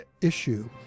issue